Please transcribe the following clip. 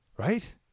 Right